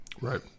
Right